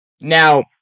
Now